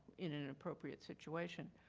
in an an appropriate situation.